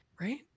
right